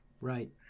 right